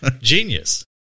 Genius